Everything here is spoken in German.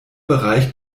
bereich